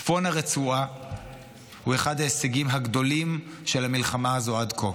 צפון הרצועה הוא אחד ההישגים הגדולים של המלחמה הזו עד כה.